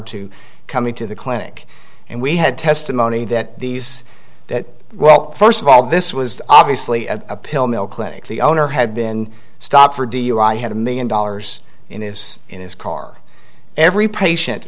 to coming to the clinic and we had testimony that these that well first of all this was obviously a pill mill clinic the owner had been stopped for dui had a million dollars in his in his car every patient